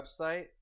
website